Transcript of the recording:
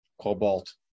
cobalt